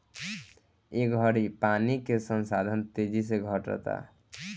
ए घड़ी पानी के संसाधन तेजी से घटता